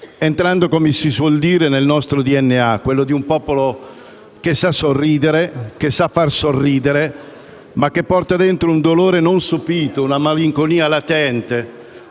entrando - come si suol dire - nel nostro DNA, quello di un popolo che sa sorridere, che sa far sorridere, ma che porta dentro un dolore non sopito, una malinconia latente,